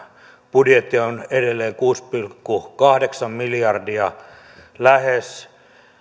budjetti on edelleen lähes kuusi pilkku kahdeksan miljardia